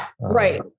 Right